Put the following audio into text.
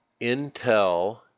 Intel